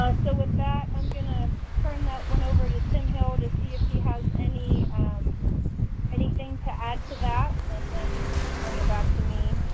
ah so with that, i'm gonna turn that one over to tim hill to see if he has any umm anything to add to that and then you can bring it back to me.